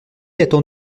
attend